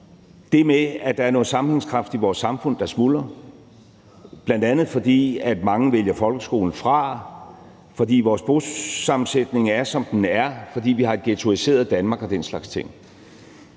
det med, at der er noget sammenhængskraft i vores samfund, der smuldrer, bl.a. fordi mange vælger folkeskolen fra, fordi vores bosammensætning er, som den er, og fordi vi har et ghettoiseret Danmark og den slags ting.